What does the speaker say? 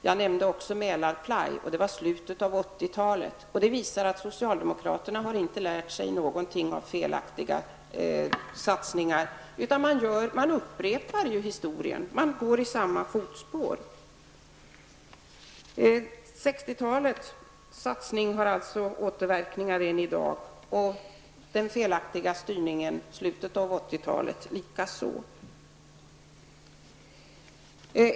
Jag nämnde också etableringen av Mälarply i slutet av 80-talet. Det är faktiskt så att socialdemokraterna inte har lärt sig någonting av felaktiga satsningar utan upprepar historien och går i samma fotspår. 60-talets satsningar har alltså återverkningar än i dag, den felaktiga styrningen av anslagen under 80-talet likaså.